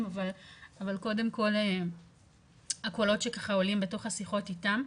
אבל קודם כל הקולות שככה עולים בתוך השיחות איתם,